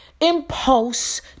impulse